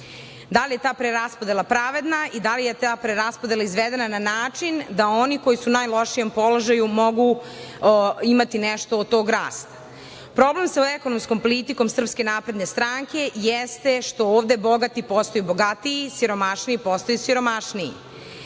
da li je ta preraspodela pravedna i da li je ta preraspodela izvedena na način da oni koji su u najlošijem položaju mogu imati nešto od tog rasta. Problem sa ekonomskom politikom SNS jeste što ovde bogati postaju bogatiji, siromašniji postaju siromašniji.